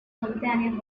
companion